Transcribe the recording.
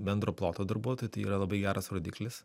bendro ploto darbuotojui tai yra labai geras rodiklis